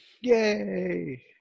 yay